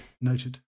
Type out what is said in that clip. noted